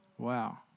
Wow